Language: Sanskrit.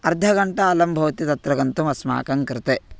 अर्धघण्टा अलं भवति तत्र गन्तुम् अस्माकं कृते